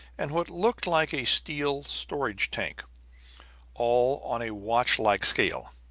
and what looked like a steel storage tank all on a watchlike scale.